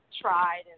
tried